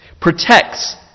protects